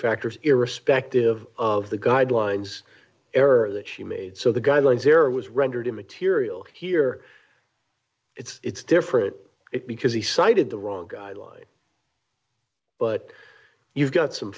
factors irrespective of the guidelines error that she made so the guidelines there was rendered immaterial here it's different because he cited the wrong guideline but you've got some